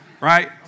Right